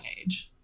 age